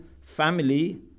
family